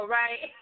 right